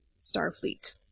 Starfleet